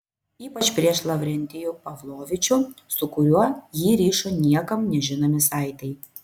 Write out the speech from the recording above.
ypač prieš lavrentijų pavlovičių su kuriuo jį rišo niekam nežinomi saitai